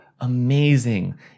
amazing